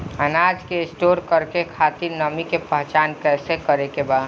अनाज के स्टोर करके खातिर नमी के पहचान कैसे करेके बा?